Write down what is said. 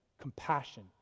Compassion